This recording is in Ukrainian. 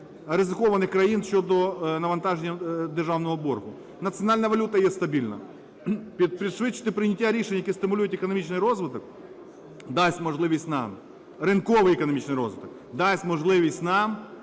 ризикованих країн щодо навантаження державного боргу. Національна валюта є стабільна. Пришвидшити прийняття рішень, які стимулюють економічний розвиток, дасть можливість нам, ринковий економічний розвиток, дасть можливість нам